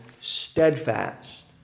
steadfast